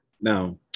now